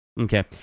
Okay